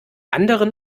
anderen